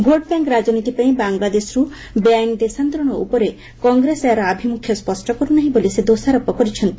vote bank ରାଜନୀତି ପାଇଁ ବାଙ୍ଗଲାଦେଶରୁ ବେଆଇନ୍ ଦେଶାନ୍ତରଣ ଉପରେ କଂଗ୍ରେସ ଏହାର ଆଭିମୁଖ୍ୟ ସ୍ୱଷ୍ଟ କରୁନାହିଁ ବୋଲି ସେ ଦୋଷାରୋପ କରିଛନ୍ତି